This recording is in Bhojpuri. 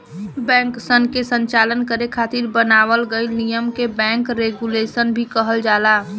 बैंकसन के संचालन करे खातिर बनावल गइल नियम के बैंक रेगुलेशन भी कहल जाला